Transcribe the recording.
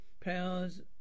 Powers